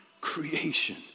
creation